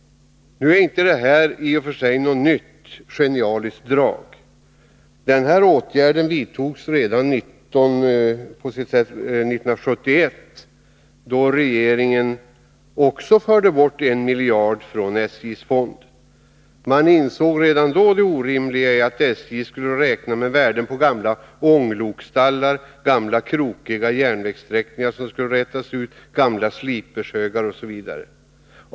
Nu ärinte detta i och för sig något nytt, genialiskt drag. Den här åtgärden vidtogs på sitt sätt redan 1971, då regeringen också förde bort 1 miljard från SJ:s fond. Man insåg redan då det orimliga i att SJ skulle få räkna med värde på gamla ånglokstallar, gamla krokiga järnvägssträckningar som behöver rätas ut, upplag av gamla sliprar osv.